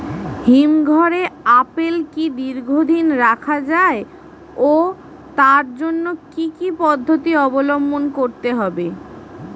হিমঘরে আপেল কি দীর্ঘদিন রাখা যায় ও তার জন্য কি কি পদ্ধতি অবলম্বন করতে হবে?